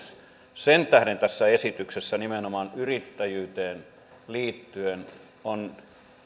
sen tähden tässä esityksessä nimenomaan yrittäjyyteen liittyen on